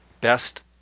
best